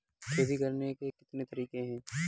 खेती करने के कितने तरीके हैं?